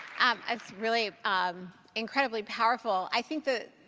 um ah really um incredibly powerful. i think that